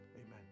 Amen